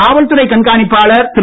காவல்துறை கண்காணிப்பாளர் திரு